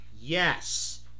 Yes